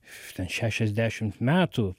ten šešiasdešimt metų